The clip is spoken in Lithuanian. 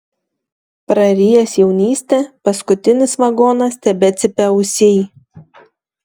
prarijęs jaunystę paskutinis vagonas tebecypia ausyj